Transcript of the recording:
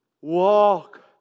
Walk